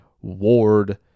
Ward